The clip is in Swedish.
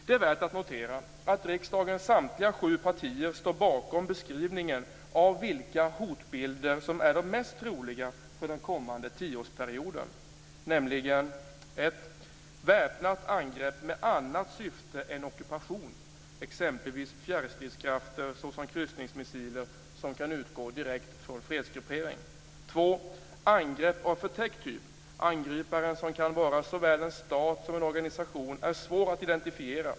Det är värt att notera att riksdagens samtliga sju partier står bakom beskrivningen av vilka hotbilder som är de mest troliga för den kommande tioårsperioden: T.ex. fjärrstridskrafter som kryssningsmissiler som kan utgå direkt från fredsgruppering. 2. Angrepp av förtäckt typ. Angriparen, som kan vara såväl en stat som en organisation, är svår att identifiera.